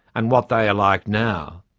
and what they are like now.